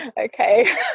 Okay